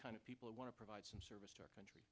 kind of people who want to provide some service to our country